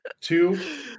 Two